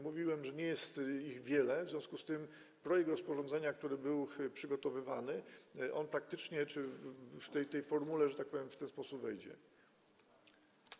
Mówiłem, że nie jest ich wiele, w związku z tym projekt rozporządzenia, który był przygotowywany, praktycznie w tej formie, że tak powiem, w ten sposób wejdzie w życie.